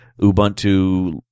Ubuntu